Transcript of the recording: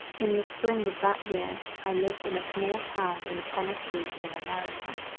in the spring of that year, i lived in a small town in tennessee in america.